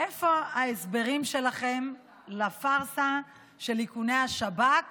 איפה ההסברים שלכם לפארסה של איכוני השב"כ